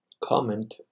comment